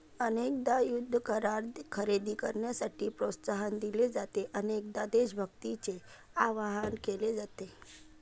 अनेकदा युद्ध करार खरेदी करण्यासाठी प्रोत्साहन दिले जाते, अनेकदा देशभक्तीचे आवाहन केले जाते